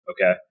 okay